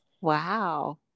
Wow